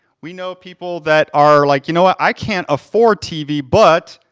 we know people that are like, you know what, i can't afford tv, but,